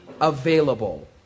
available